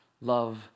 love